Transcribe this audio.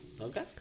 Okay